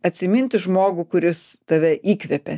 atsiminti žmogų kuris tave įkvepia